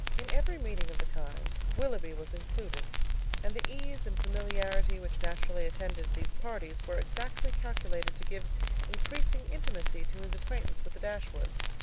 in every meeting of the kind willoughby was included and the ease and familiarity which naturally attended these parties were exactly calculated to give increasing intimacy to his acquaintance with the dashwoods,